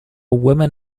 women